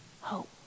hope